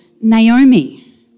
Naomi